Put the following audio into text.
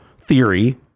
theory